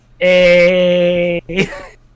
Hey